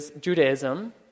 Judaism